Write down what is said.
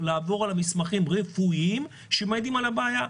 לעבור על מסמכים רפואיים שמעידים על הבעיה.